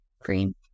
green